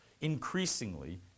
Increasingly